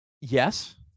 Yes